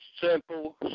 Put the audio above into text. simple